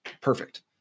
perfect